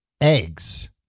eggs